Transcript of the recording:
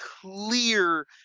clear